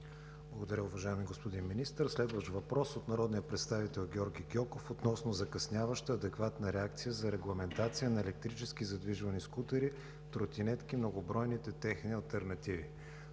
Благодаря, уважаеми господин Министър. Следващ въпрос от народния представител Георги Гьоков относно закъсняваща адекватна реакция за регламентация на електрически задвижвани скутери, тротинетки, многобройните техни алтернативи.